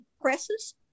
presses